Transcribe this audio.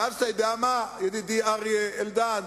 ואז, אתה יודע מה, ידידי אריה אלדד?